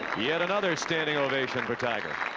yet another standing ovation for tiger.